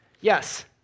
Yes